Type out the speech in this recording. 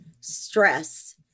stress